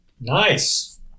Nice